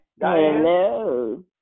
Hello